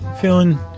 Feeling